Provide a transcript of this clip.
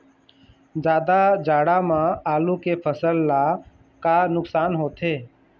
जादा जाड़ा म आलू के फसल ला का नुकसान होथे?